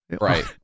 Right